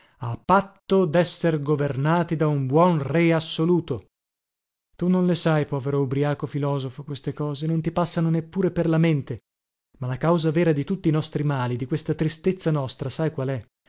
a patto desser governati da un buon re assoluto tu non le sai povero ubriaco filosofo queste cose non ti passano neppure per la mente ma la causa vera di tutti i nostri mali di questa tristezza nostra sai qualè la